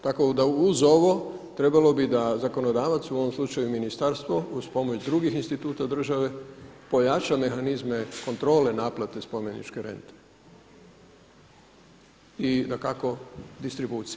Tako da uz ovo trebalo bi da zakonodavac u ovom slučaju ministarstvo uz pomoć drugih instituta države pojača mehanizme kontrole naplate spomeničke rente i dakako distribucije.